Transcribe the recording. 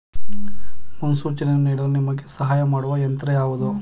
ಮುನ್ಸೂಚನೆಯನ್ನು ನೀಡಲು ನಿಮಗೆ ಸಹಾಯ ಮಾಡುವ ಯಂತ್ರ ಯಾವುದು?